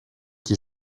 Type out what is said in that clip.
qui